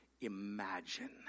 imagine